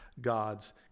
God's